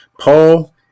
Paul